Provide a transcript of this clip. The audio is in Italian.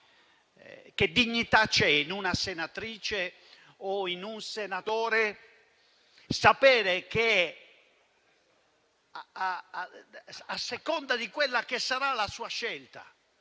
Che dignità c'è per una senatrice o un senatore nel sapere che, a seconda di quelli che saranno la sua scelta